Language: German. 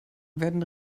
werden